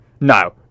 No